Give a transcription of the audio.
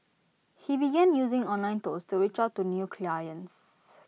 he began using online tools to reach out to new clients